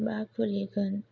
मा खुलिगोन